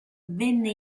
venne